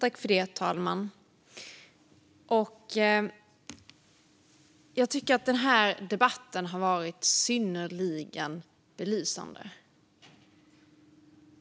Herr talman! Jag tycker att denna debatt har varit synnerligen belysande.